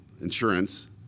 insurance